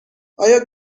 آیا